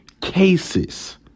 cases